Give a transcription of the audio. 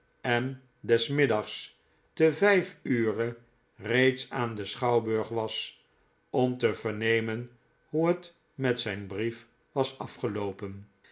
en des middags te vijf ure reeds aan den schouwburg was om te vernemen hoe het met zijn brief was afgeloopen